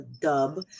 dub